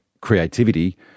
creativity